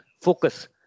Focus